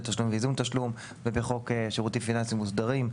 תשלום ואיזון תשלום ובחוק שירותים פיננסים מוסדרים,